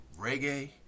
reggae